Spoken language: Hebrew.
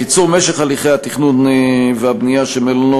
קיצור משך הליכי התכנון והבנייה של מלונות